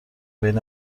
بین